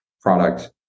product